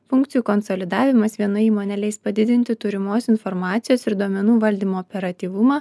funkcijų konsolidavimas vienai įmonei leis padidinti turimos informacijos ir duomenų valdymo operatyvumą